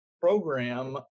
program